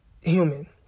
human